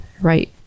right